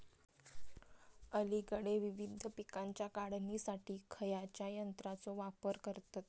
अलीकडे विविध पीकांच्या काढणीसाठी खयाच्या यंत्राचो वापर करतत?